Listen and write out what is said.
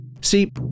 See